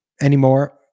anymore